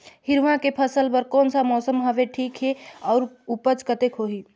हिरवा के फसल बर कोन सा मौसम हवे ठीक हे अउर ऊपज कतेक होही?